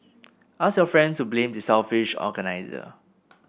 ask your friend to blame the selfish organiser